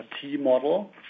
T-model